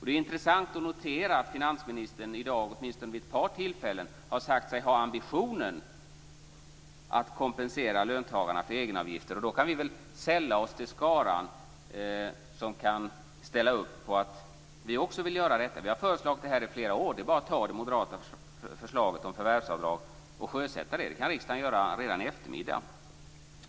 Det är intressant att notera att finansministern i dag vid åtminstone ett par tillfällen har sagt sig ha ambitionen att kompensera löntagarna för egenavgifter. Då kan vi väl också sälla oss till skaran som vill ställa upp på att göra detta. Vi har föreslagit detta i flera år. Det är bara att sjösätta det moderata förslaget om förvärvsavdrag. Det kan riksdagen göra redan i eftermiddag.